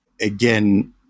Again